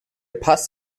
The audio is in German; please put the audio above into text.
pass